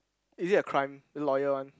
is it a crime a lawyer one